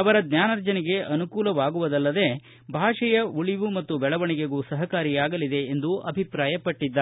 ಅವರ ಜ್ಞಾನಾರ್ಜನೆಗೆ ಅನುಕೂಲವಾಗುವುದಲ್ಲದೇ ಭಾಷೆಯ ಉಳಿವು ಮತ್ತು ಬೆಳವಣಿಗೆಗೂ ಸಹಕಾರಿಯಾಗಲಿದೆ ಎಂದು ಅಭಿಪ್ರಾಯಪಟ್ಟದ್ದಾರೆ